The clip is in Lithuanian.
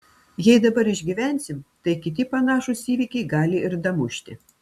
jei dabar išgyvensim tai kiti panašūs įvykiai gali ir damušti